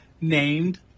named